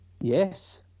Yes